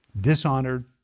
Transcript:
dishonored